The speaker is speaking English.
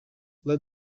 led